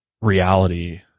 reality